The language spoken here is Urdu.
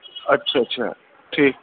اچھا اچھا ٹھیک